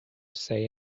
say